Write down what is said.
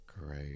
Great